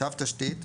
"קו תשתית"